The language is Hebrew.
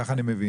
כך אני מבין.